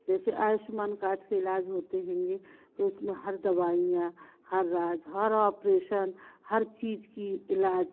जैसे आयुष्मान कार्ड से इलाज होते हेंगे उसमें हर दवाइयाँ हर राज हर ऑपरेशन हर चीज़ का इलाज